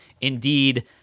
Indeed